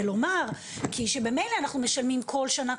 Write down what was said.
כי במילא אנחנו משלמים כל שנה,